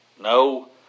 No